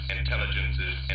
Intelligences